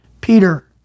Peter